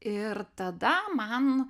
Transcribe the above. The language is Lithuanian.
ir tada man